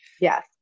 yes